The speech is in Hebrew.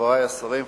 חברי השרים,